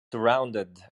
surrounded